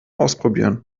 ausprobieren